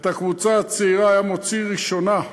את קבוצת הקטנים היה מוציא ראשונה,